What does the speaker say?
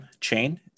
chain